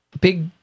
Big